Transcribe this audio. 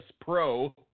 pro